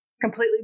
completely